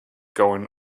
going